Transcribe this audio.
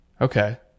Okay